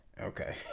Okay